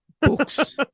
books